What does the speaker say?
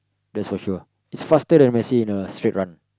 that's for sure he's faster than Messi in a straight run